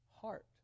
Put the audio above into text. heart